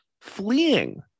fleeing